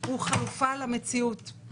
הוא חלופה למציאות.